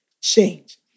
change